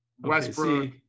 Westbrook